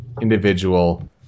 individual